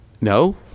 No